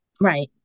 Right